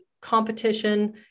competition